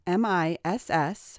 miss